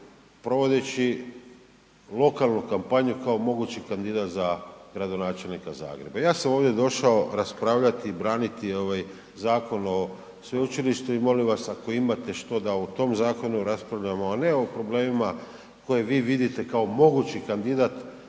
provodeći lokalnu kampanju kao mogući kandidat za gradonačelnika Zagreba. Ja sam ovdje došao raspravljati i braniti ovaj Zakon o sveučilištu i molim vas ako imate što da o tom zakonu raspravljamo, a ne o problemima koje vi vidite kao mogući kandidat